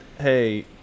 hey